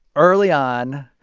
early on.